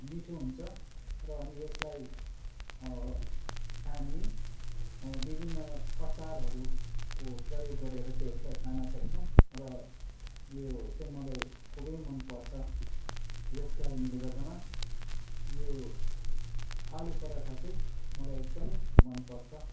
मिठो हुन्छ र अनि यसलाई हामी विभिन्न अचारहरूको प्रयोग गरेर चाहिँ यसलाई खान सक्छौँ र यो चाहिँ मलाई खुबै मन पर्छ यस कारणले गर्दामा यो आलु पराठा चाहिँ मलाई एकदमै मन पर्छ